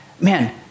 man